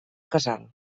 casal